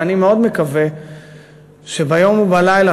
ואני מאוד מקווה שביום ובלילה,